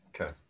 Okay